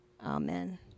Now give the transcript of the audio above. Amen